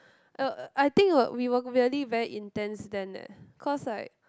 uh I think we're we were very very intense then leh cause like